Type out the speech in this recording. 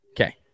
Okay